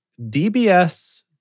DBS